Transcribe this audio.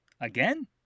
Again